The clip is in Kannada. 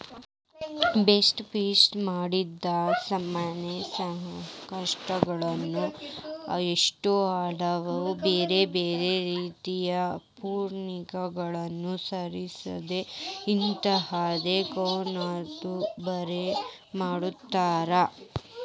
ಬ್ಲಾಸ್ಟ್ ಫಿಶಿಂಗ್ ಮಾಡೋದ್ರಿಂದ ಮೇನಗಳ ಅಷ್ಟ ಅಲ್ಲದ ಬ್ಯಾರೆ ನೇರಾಗಿರೋ ಪ್ರಾಣಿಗಳು ಸಾಯೋದ್ರಿಂದ ಇದನ್ನ ಕಾನೂನು ಬಾಹಿರ ಮಾಡ್ಯಾರ